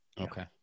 Okay